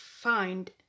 find